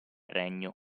regno